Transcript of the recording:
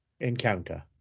encounter